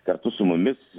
kartu su mumis